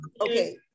okay